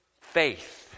faith